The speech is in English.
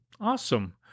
awesome